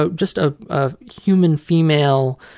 but just ah a human female